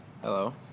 Hello